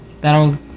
that'll